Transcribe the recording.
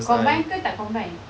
combine ke tak combine